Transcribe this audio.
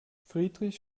friedrich